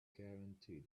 guarantee